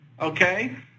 Okay